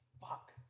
fuck